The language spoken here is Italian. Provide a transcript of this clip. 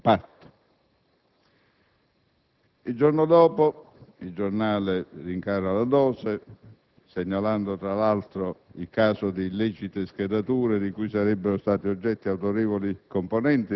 Il giorno dopo il giornale rincara la dose,